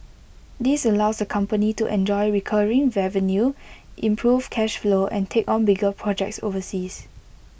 this allows the company to enjoy recurring revenue improve cash flow and take on bigger projects overseas